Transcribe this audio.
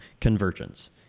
convergence